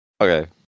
Okay